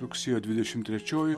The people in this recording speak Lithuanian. rugsėjo dvidešim trečioji